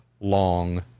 long